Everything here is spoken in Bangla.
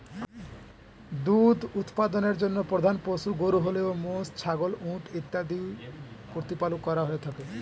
দুধ উৎপাদনের জন্য প্রধান পশু গরু হলেও মোষ, ছাগল, উট ইত্যাদিও প্রতিপালন করা হয়ে থাকে